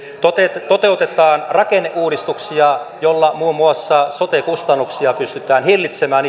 toteutetaan toteutetaan rakenneuudistuksia joilla muun muassa sote kustannusten nousua pystytään hillitsemään